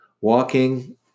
Walking